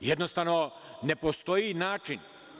Jednostavno, ne postoji način.